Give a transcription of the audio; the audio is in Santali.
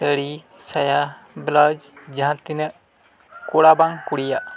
ᱥᱟᱭᱟ ᱡᱟᱦᱟᱸ ᱛᱤᱱᱟᱹᱜ ᱠᱚᱲᱟ ᱵᱟᱝ ᱠᱩᱲᱤᱭᱟᱜ